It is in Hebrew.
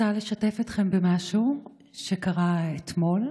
אני רוצה לשתף אתכם במשהו שקרה אתמול.